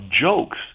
jokes